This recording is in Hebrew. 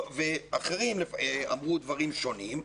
אחרים אמרו דברים שונים,